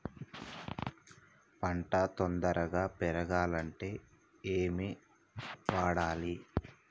పంట తొందరగా పెరగాలంటే ఏమి వాడాలి?